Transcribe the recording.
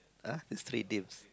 ah is three teams